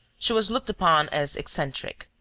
she was looked upon as eccentric.